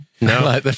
No